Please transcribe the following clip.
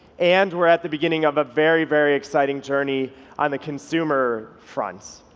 and we're at the beginning of a very, very exciting journey on the consumer front.